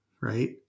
right